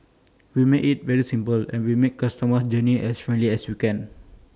we make IT very simple and we make customer's journey as friendly as you can